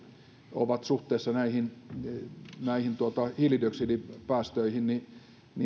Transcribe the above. ovat suhteessa näihin näihin hiilidioksidipäästöihin